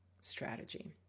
strategy